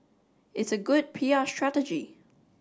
it's a good P R strategy